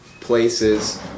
places